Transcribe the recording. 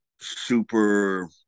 super